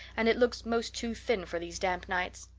and it looks most too thin for these damp nights.